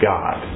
God